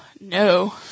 No